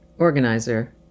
Organizer